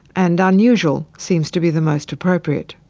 and unusual seems to be the most appropriate.